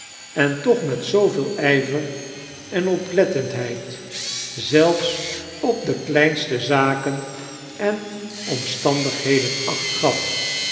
en toch met zooveel yver en oplettendheid zelfs op de kleinste zaken en omstandigheden acht gaf